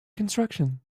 construction